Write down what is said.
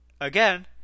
Again